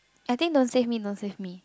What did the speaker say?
I think don't save me don't save me